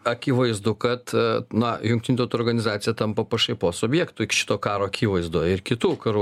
akivaizdu kad na jungtinių tautų organizacija tampa pašaipos objektu iki šito karo akivaizdoj ir kitų karų